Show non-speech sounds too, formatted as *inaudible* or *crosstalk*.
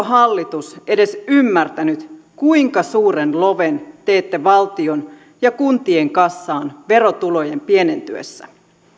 *unintelligible* hallitus edes ymmärtänyt kuinka suuren loven teette valtion ja kuntien kassaan verotulojen pienentyessä